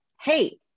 hey